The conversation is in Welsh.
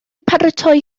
paratoi